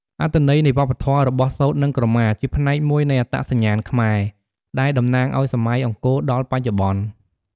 អត្ថន័យវប្បធម៌របស់ សូត្រ និងក្រមា ជាផ្នែកមួយនៃអត្តសញ្ញាណខ្មែរ ដែលតំណាងឲ្យសម័យអង្គរដល់បច្ចុប្បន្ន។